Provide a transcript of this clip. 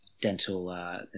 dental